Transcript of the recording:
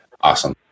awesome